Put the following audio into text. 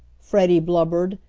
freddie blubbered,